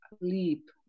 leap